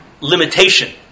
limitation